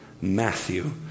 Matthew